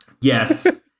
Yes